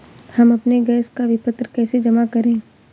हम अपने गैस का विपत्र कैसे जमा करें?